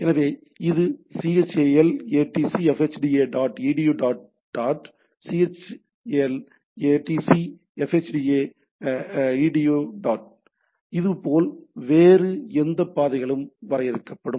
எனவே இது chal atc fhda dot edu dot chal atc fhda edu dot right இதேபோல் வேறு எந்த பாதைகளும் வரையறுக்கப்படும்